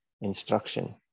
instruction